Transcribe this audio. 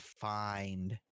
find